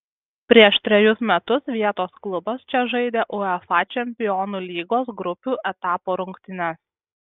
prieš trejus metus vietos klubas čia žaidė uefa čempionų lygos grupių etapo rungtynes